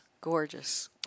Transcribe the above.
gorgeous